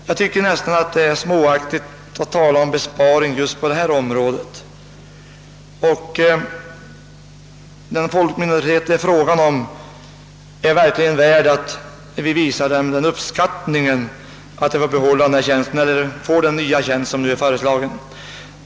Jag tycker att det nästan är småaktigt att tala om besparing just på detta område. Den folkminoritet det gäller är verkligen värd att visas den uppskattningen att de får den nya tjänst som nu föreslagits i reservationen A 3.